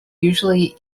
usually